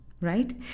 right